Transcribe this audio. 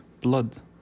Blood